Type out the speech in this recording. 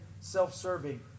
self-serving